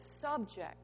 subject